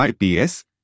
IPS